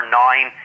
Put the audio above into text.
nine